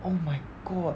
oh my god